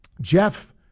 Jeff